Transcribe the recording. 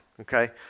okay